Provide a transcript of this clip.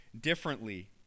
differently